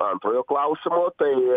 antrojo klausimo tai